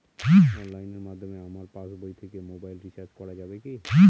অনলাইনের মাধ্যমে আমার পাসবই থেকে মোবাইল রিচার্জ করা যাবে কি?